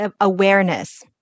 awareness